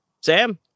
Sam